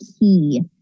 key